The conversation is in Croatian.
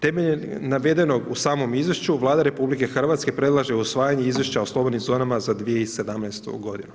Temeljem navedenog, u samom izvješću Vlada RH predlaže usvajanje izvješća o slobodnim zonama za 2017.g. Hvala vam.